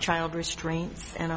child restraint and